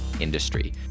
industry